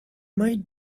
might